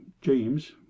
James